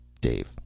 Dave